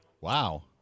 Wow